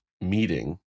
meeting